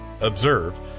observe